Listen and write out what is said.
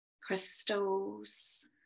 crystals